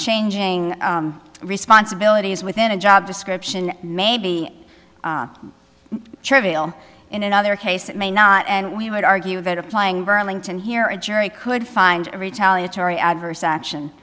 changing responsibilities within a job description may be trivial in another case it may not and we would argue that applying burlington here a jury could find a retaliatory adverse action